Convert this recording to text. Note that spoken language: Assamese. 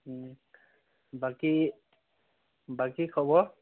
বাকী বাকী খবৰ